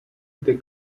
the